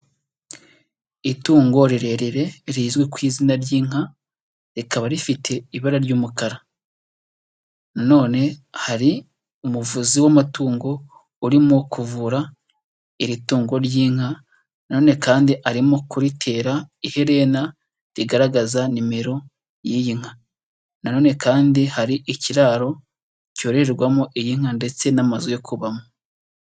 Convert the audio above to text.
Itungo rirerire rizwi ku izina ry'inka rikaba rifite ibara ry'umukara, na none hari umuvuzi w'amatungo urimo kuvura iri tungo ry'inka, na none kandi arimo kuritera iherena rigaragaza nimero y'iyi nka. Na none kandi hari ikiraro cyororerwamo iyi nka ndetse n'amazu yo kubamo.